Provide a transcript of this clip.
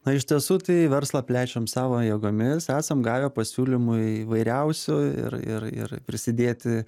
na iš tiesų tai verslą plečiam savo jėgomis esam gavę pasiūlymų įvairiausių ir ir ir prisidėti